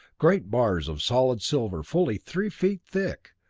great bars of solid silver fully three feet thick.